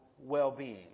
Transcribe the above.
well-being